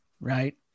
right